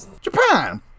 Japan